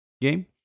game